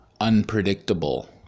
unpredictable